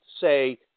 say